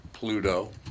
Pluto